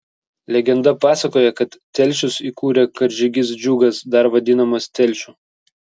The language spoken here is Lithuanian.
legenda pasakoja kad telšius įkūrė karžygys džiugas dar vadinamas telšiu